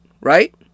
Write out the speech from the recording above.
right